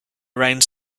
around